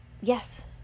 Yes